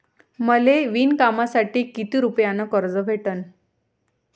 मले विणकामासाठी किती रुपयानं कर्ज भेटन?